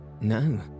No